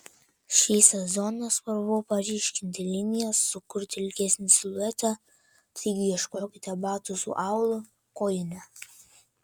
šį sezoną svarbu paryškinti linijas sukurti ilgesnį siluetą taigi ieškokite batų su aulu kojine